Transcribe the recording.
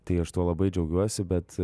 tai aš tuo labai džiaugiuosi bet